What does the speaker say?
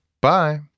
Bye